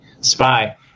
spy